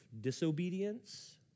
disobedience